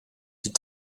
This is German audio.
die